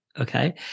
okay